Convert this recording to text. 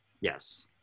Yes